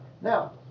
now